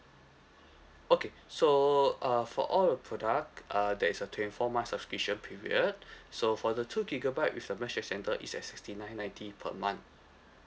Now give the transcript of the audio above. okay so uh for all the product uh there is a twenty four months subscription period so for the two gigabyte with the mesh extender is at sixty nine ninety per month